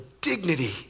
dignity